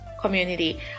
community